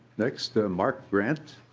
next mark grant